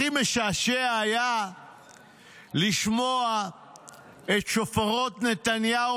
הכי משעשע היה לשמוע את שופרות נתניהו